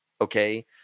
Okay